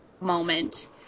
moment